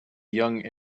young